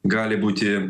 gali būti